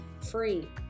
free